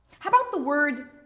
how about the word,